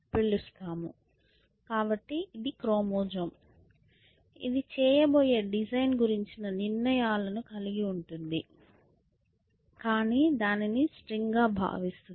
కాబట్టి ఇది క్రోమోజోమ్ ఇది చేయబోయే డిజైన్ గురించిన నిర్ణయాలను కలిగి ఉంటుంది కానీ దానిని స్ట్రింగ్గా భావిస్తుంది